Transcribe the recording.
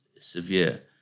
severe –